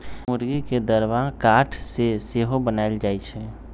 मूर्गी के दरबा काठ से सेहो बनाएल जाए छै